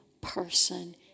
person